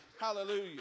Hallelujah